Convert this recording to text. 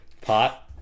pot